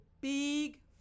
big